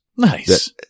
Nice